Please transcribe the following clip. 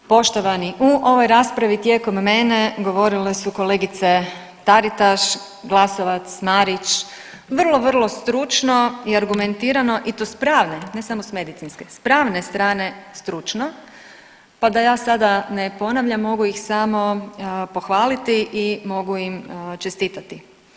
Poštovani u ovoj raspravi tijekom mene govorile su kolegice Taritaš, Glasovac, Marić, vrlo, vrlo stručno i argumentirano i to s pravne ne samo s medicinske, s pravne strane stručno, pa da ja sada ne ponavljam mogu ih samo pohvaliti i mogu im čestitati.